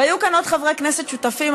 היו כאן עוד חברי כנסת שותפים.